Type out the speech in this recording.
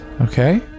okay